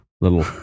little